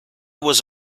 was